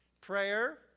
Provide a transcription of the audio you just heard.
prayer